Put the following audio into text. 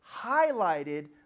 highlighted